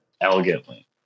elegantly